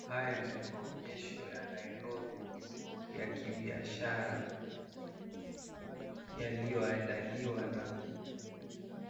Haya ni maonyesho ya Nairobi ya kibiashara Yaliyoandaliwa na